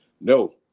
No